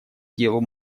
делу